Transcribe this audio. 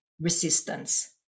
resistance